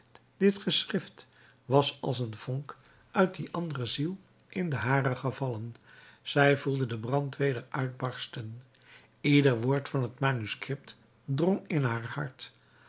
dit geschrift was als een vonk uit die andere ziel in de hare gevallen zij voelde den brand weder uitbarsten ieder woord van het manuscript drong in haar hart